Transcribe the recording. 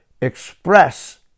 express